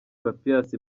papias